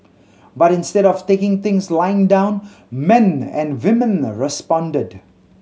but instead of taking things lying down men and women responded